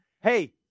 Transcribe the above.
Hey